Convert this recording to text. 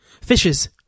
Fishes